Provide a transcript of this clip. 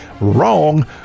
Wrong